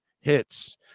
hits